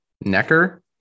Necker